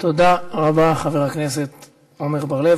תודה רבה, חבר הכנסת עמר בר-לב.